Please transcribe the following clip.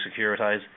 Securitize